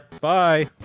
Bye